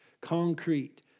concrete